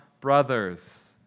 brothers